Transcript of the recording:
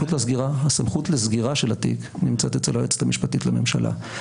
הסמכות לסגירה של התיק נמצאת אצל היועצת המשפטית לממשלה,